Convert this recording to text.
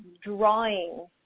drawing